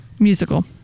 Musical